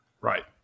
Right